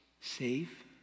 safe